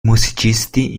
musicisti